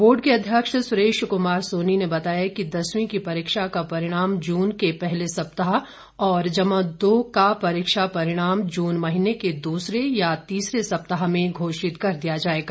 board के अध्यक्ष सुरेश कुमार सोनी ने बतया कि दसवीं की परीक्षा का परिणाम जून के पहले सप्ताह और जमा दो का परिणाम जून महीने के दूसरे या तीसरे सप्ताह में घोषित कर दिया जाएगा